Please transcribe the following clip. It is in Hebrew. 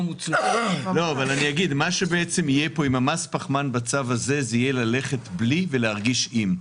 מה שיהיה עם מס הפחמן בצו הזה יהיה ללכת בלי ולהרגיש עם.